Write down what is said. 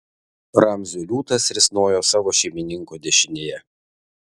ramzio liūtas risnojo savo šeimininko dešinėje